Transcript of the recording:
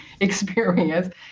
experience